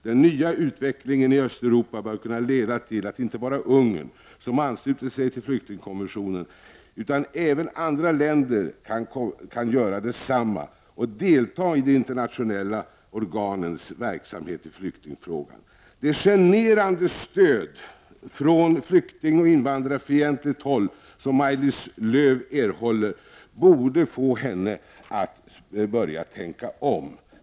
Den nya utvecklingen i Östeuropa bör kunna leda till att inte bara Ungern, som anslutit sig till flyktingkonventionen, utan även andra länder kan göra detsamma och delta i de internationella organens verksamhet i flyktingfrågan. Det generande stöd från flyktingoch invandrarfientligt håll som Maj-Lis Lööw erhåller borde få henne att tänka om.